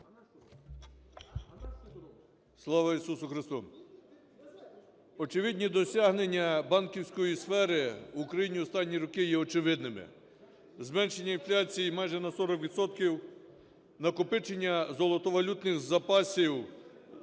Слава Ісусу Христу!